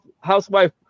housewife